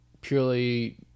purely